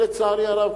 לצערי הרב,